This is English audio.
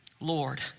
Lord